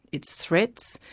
it's threats,